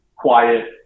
quiet